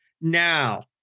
Now